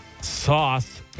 sauce